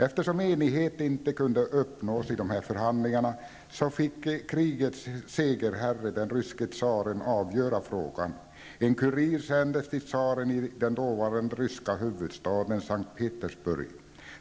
Eftersom enighet inte kunde uppnås i förhandlingarna så fick krigets segerherre, den ryske tsaren, avgöra frågan. En kurir sändes till tsareni den dåvarande ryska huvudstaden S:t Petersburg.